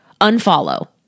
Unfollow